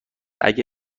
اگه